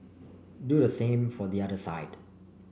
do the same for the other side